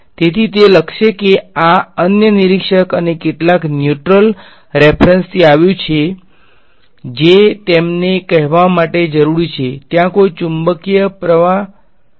તેથી તે લખશે કે આ અન્ય નિરીક્ષક અને કેટલાક ન્યુટ્રલ રેફ્રંસ થી આવ્યું છે જે તેમને કહેવા માટે જરૂરી છે કે ત્યાં કોઈ ચુંબકીય પ્રવાહ શું છે